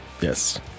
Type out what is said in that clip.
yes